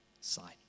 side